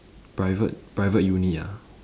private private uni ah